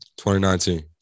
2019